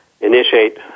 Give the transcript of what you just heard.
initiate